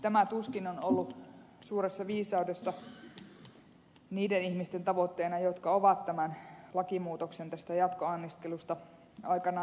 tämä tuskin on ollut suuressa viisaudessa niiden ihmisten tavoitteena jotka ovat tämän lakimuutoksen tästä jatkoanniskelusta aikanaan tehneet